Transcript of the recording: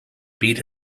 beat